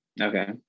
Okay